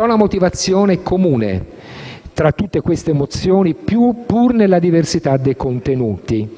Una motivazione è comune a tutte queste mozioni, pur nella diversità dei contenuti: